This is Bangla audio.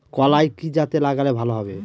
কলাই কি জাতে লাগালে ভালো হবে?